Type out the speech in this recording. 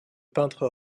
peintre